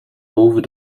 boven